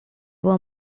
were